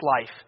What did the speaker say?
life